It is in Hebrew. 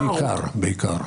בעיקר, בעיקר.